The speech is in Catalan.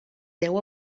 deu